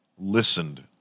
listened